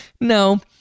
No